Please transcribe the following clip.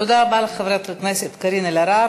תודה רבה לחברת הכנסת קארין אלהרר.